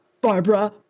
Barbara